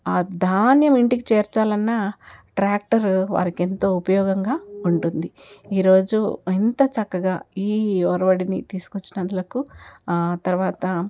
ఆ ధాన్యం ఇంటికి చేర్చాలన్నా ట్రాక్టరు వారికి ఎంతో ఉపయోగంగా ఉంటుంది ఈరోజు ఎంత చక్కగా ఈ ఒరవడిని తీసుకొచ్చినందులకు ఆ తరువాత